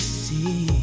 see